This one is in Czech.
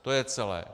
To je celé.